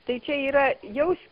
tai čia yra jaus